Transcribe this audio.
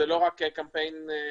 זה לא רק קמפיין בתקשורת.